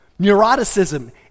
neuroticism